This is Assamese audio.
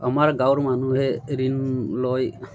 আমাৰ গাঁৱৰ মানুহে ঋণ লয়